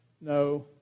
No